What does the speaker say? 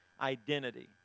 identity